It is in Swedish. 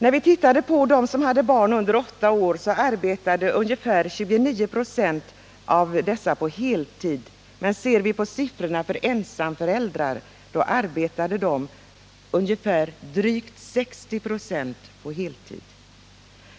Av de föräldrar som hade barn under åtta år arbetade ungefär 29 26 heltid, men ser vi på siffrorna för ensamföräldrar finner vi att av dem arbetade drygt 60 96 på heltid.